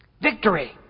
Victory